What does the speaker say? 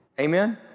Amen